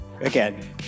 again